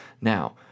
Now